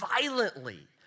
violently